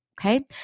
Okay